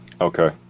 Okay